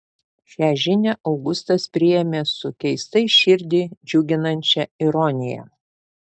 šią žinią augustas priėmė su keistai širdį džiuginančia ironija